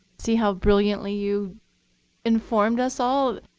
see how brilliantly you informed us all?